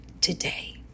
today